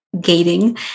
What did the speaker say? gating